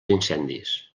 incendis